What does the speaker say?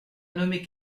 nommé